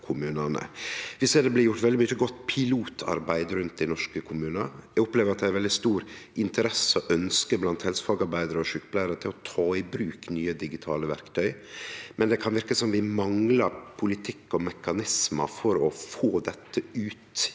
Vi ser det blir gjort veldig mykje godt pilotarbeid rundt i norske kommunar. Eg opplever at det er ei veldig stor interesse og eit ønske blant helsefagarbeidarar og sjukepleiarar om å ta i bruk nye digitale verktøy. Men det kan verke som om vi manglar politikk og mekanismar for å få dette ut